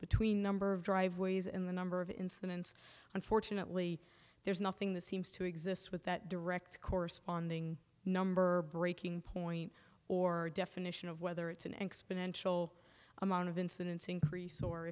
between number of driveways in the number of incidents unfortunately there's nothing that seems to exist with that direct corresponding number breaking point or definition of whether it's an exponential amount of incidence increase or